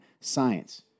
science